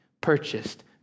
purchased